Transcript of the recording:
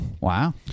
Wow